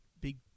big